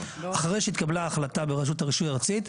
אחרי שהתקלה החלטה ברשות הרישוי הארצית,